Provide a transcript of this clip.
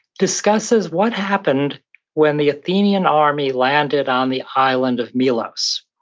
discusses what happened when the athenian army landed on the island of melos.